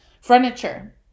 furniture